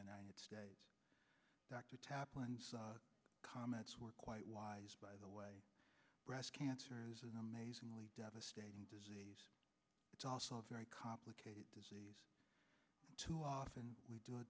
united states dr taplin comments were quite wise the way breast cancer is an amazingly devastating disease it's also a very complicated disease too often we do a